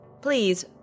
Please